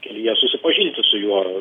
kelyje susipažinti su juo